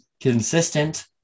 consistent